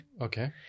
Okay